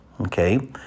Okay